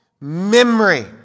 memory